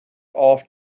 off